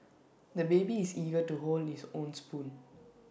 the baby is eager to hold his own spoon